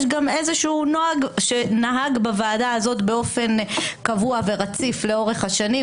יש גם איזשהו נוהג שנהג בוועדה הזאת באופן קבוע ורציף לאורך השנים,